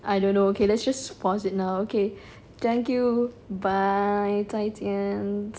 I don't know okay let's just pause it now okay thank you bye 再见